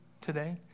today